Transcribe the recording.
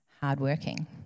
hardworking